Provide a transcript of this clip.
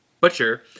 Butcher